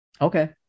Okay